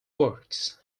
works